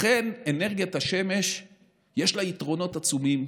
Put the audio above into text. לכן, לאנרגיית השמש יש יתרונות עצומים,